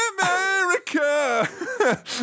America